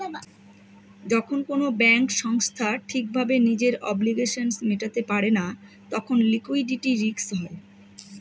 যখন কোনো ব্যাঙ্ক সংস্থা ঠিক ভাবে নিজের অব্লিগেশনস মেটাতে পারে না তখন লিকুইডিটি রিস্ক হয়